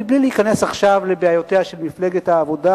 מבלי להיכנס עכשיו לבעיותיה של מפלגת העבודה